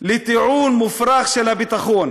לטיעון מופרך של הביטחון.